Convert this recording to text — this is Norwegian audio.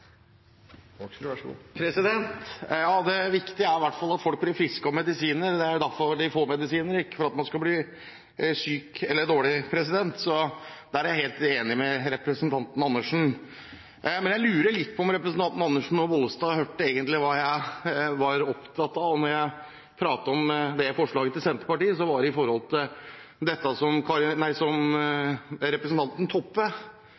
hvert fall at folk blir friske av medisiner – det er derfor de får medisiner, ikke fordi de skal bli syke eller dårlige, så der er jeg helt enig med representanten Andersen. Men jeg lurer litt på om representantene Andersen og Bollestad egentlig hørte hva jeg var opptatt av. Da jeg pratet om forslaget til Senterpartiet, gjaldt det nettopp dette som representanten Toppe var opptatt av, rundt skjevfordeling og prioritering. Prioriteringsmeldingen kommer, og det var i